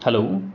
hello